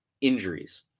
injuries